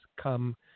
come